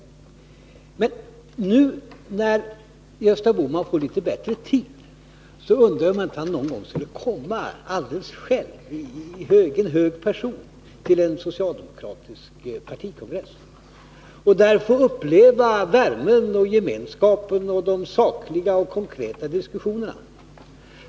Men i och med att han nu kommer att få mer tid över, tycker jag att han i egen hög person skall besöka en socialdemokratisk partikongress för att där få uppleva värmen, gemenskapen, de sakliga och konkreta diskussionerna.